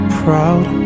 proud